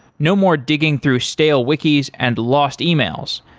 no more digging through stale wiki's and lost e-mails.